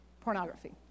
pornography